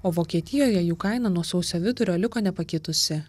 o vokietijoje jų kaina nuo sausio vidurio liko nepakitusi